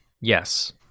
Yes